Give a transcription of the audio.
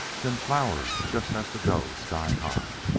then flour just has to go sky-high.